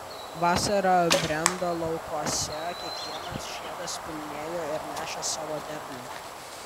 vasara brendo laukuose kiekvienas žiedas pilnėjo ir nešė savo derlių